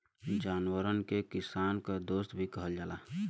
जानवरन के किसान क दोस्त भी कहल जाला